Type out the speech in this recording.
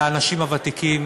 לאנשים הוותיקים